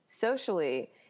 socially